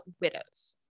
widows